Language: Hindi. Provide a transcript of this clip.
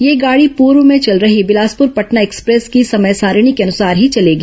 यह गाड़ी पूर्व में चल रही बिलासपुर पटना एक्सप्रेस के समय सारिणी के अनुसार ही चलेंगी